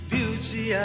Beauty